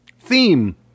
Theme